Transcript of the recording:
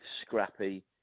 scrappy